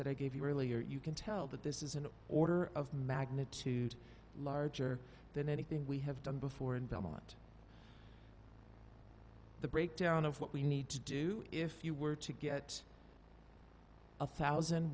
that i gave you earlier you can tell that this is an order of magnitude larger than anything we have done before in belmont the breakdown of what we need to do if you were to get a thousand